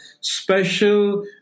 special